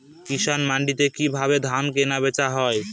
কৃষান মান্ডিতে কি ভাবে ধান কেনাবেচা হয়?